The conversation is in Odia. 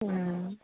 ହଁ